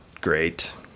great